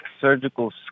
surgical